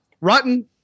Rotten